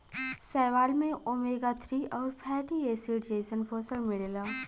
शैवाल में omega three आउर फैटी एसिड जइसन पोषण मिलला